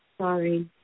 Sorry